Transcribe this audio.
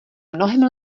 mnohem